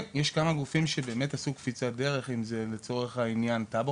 כן, יש כמה גופים שעשו קפיצת דרך, למשל: טאבו,